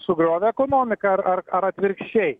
sugriovė ekonomiką ar ar atvirkščiai